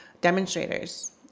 demonstrators